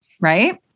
right